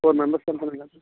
four మెంబర్స్తో వెళ్ళాలి